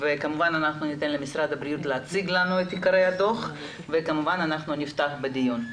כמובן ניתן למשרד הבריאות להציג לנו את עיקרי הדו"ח וכמובן נפתח בדיון.